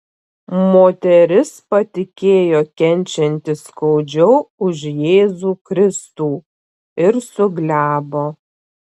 moteris patikėjo kenčianti skaudžiau už jėzų kristų ir suglebo